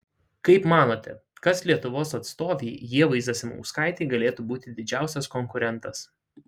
kaip manote kas lietuvos atstovei ievai zasimauskaitei galėtų būti didžiausias konkurentas